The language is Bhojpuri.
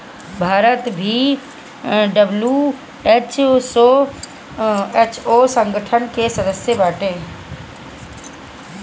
भारत भी डब्ल्यू.एच.ओ संगठन के सदस्य बाटे